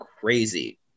crazy